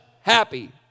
happy